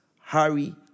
Harry